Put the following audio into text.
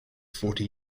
forty